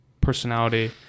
Personality